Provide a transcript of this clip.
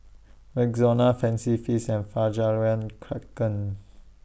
Rexona Fancy Feast and Fjallraven Kanken